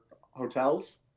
hotels